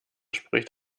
spricht